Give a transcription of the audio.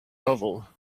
novel